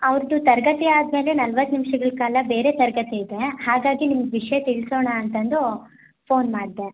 ಅವ್ರದು ತರಗತಿ ಆದ ಮೇಲೆ ನಲವತ್ತು ನಿಮ್ಷಗಳ ಕಾಲ ಬೇರೆ ತರಗತಿ ಇದೆ ಹಾಗಾಗಿ ನಿಮ್ಗೆ ವಿಷಯ ತಿಳಿಸೋಣ ಅಂತಂದು ಫೋನ್ ಮಾಡಿದೆ